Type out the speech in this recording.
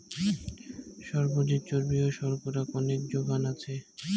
সবজিত চর্বি ও শর্করা কণেক জোখন আছে